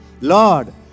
Lord